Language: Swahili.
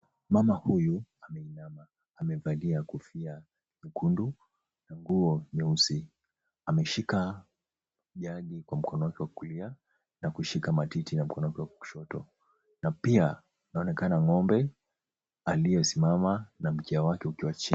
Mama huyu ameinama, amevalia kofia nyekundu na nguo nyeusi. Ameshika jagi kwa mkono wake wa kulia na kushika matiti na mkono wake wa kushoto na pia anaonekana ng'ombe aliyesimama na mkia wake ukiwa chini.